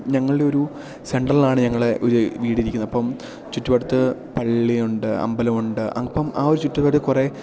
ഞങ്ങളുടെ ഒരു സെൻ്റെറിലാണ് ഞങ്ങളെ ഒരു വീടിരിക്കുന്നത് അപ്പം ചുറ്റുവട്ടത്ത് പള്ളിയുണ്ട് അമ്പലമുണ്ട് അപ്പം ആ ഒരു കുറേ